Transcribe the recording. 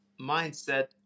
mindset